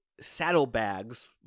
saddlebags